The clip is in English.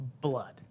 blood